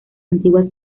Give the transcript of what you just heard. antiguas